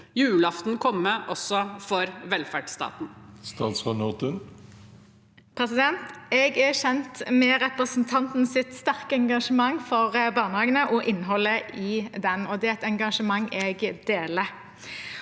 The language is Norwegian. julaften komme også for velferdsstaten? Statsråd Kari Nessa Nordtun Jeg er kjent med representantens sterke engasjement for barnehagene og innholdet i dem. Det er et engasjement jeg deler.